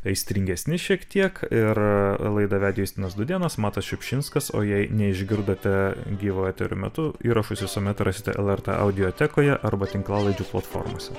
aistringesni šiek tiek ir laidą vedė justinas dudėnas matas šiupšinskas o jei neišgirdote gyvo eterio metu įrašus visuomet rasite lrt audiotekoje arba tinklalaidžių platformose